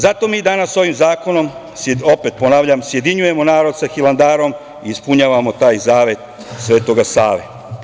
Zato mi danas ovim zakonom, opet ponavljam, sjedinjujemo narod sa Hilandarom i ispunjavamo taj zavet Svetog Save.